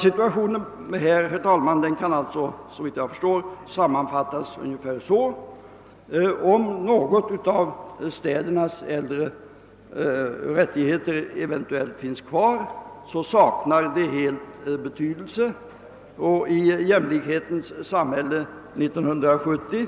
Situationen kan såvitt jag förstår sammanfattas ungefär så: Om det finns något kvar av städernas äldre rättigheter, så saknar det helt betydelse, och i jämlikhetens samhälle 1970